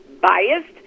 biased